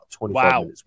Wow